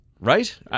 Right